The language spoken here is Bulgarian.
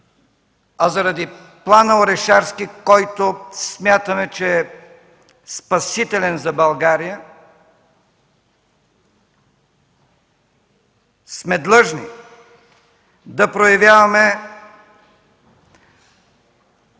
а заради плана „Орешарски”, който смятаме, че е спасителен за България, сме длъжни да проявяваме